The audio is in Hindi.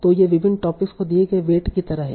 तो ये विभिन्न टॉपिक्स को दिए गए वेट की तरह हैं